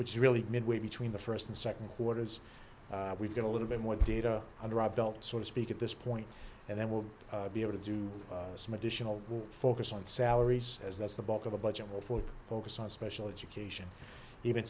which is really midway between the first and second quarters we've got a little bit more data under our belt sort of speak at this point and then we'll be able to do some additional focus on salaries as that's the bulk of the budget will ford focus on special education even